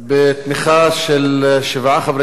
בתמיכה של שבעה חברי כנסת,